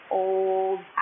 old